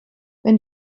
wenn